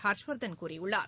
ஹர்ஷ்வர்தன் கூறியுள்ளார்